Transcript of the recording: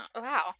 Wow